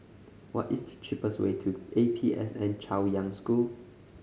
what is the cheapest way to A P S N Chaoyang School